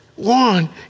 One